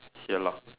ya lah